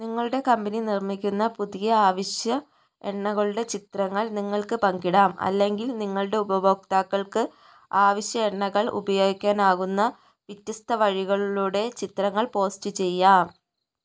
നിങ്ങളുടെ കമ്പനി നിർമ്മിക്കുന്ന പുതിയ ആവശ്യ എണ്ണകളുടെ ചിത്രങ്ങൾ നിങ്ങൾക്ക് പങ്കിടാം അല്ലെങ്കിൽ നിങ്ങളുടെ ഉപഭോക്താക്കൾക്ക് ആവശ്യ എണ്ണകൾ ഉപയോഗിക്കാനാകുന്ന വ്യത്യസ്ത വഴികളിലൂടെ ചിത്രങ്ങൾ പോസ്റ്റ് ചെയ്യാം